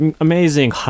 amazing